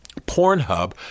Pornhub